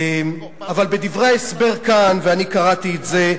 אבל בדברי ההסבר כאן, ואני קראתי את זה,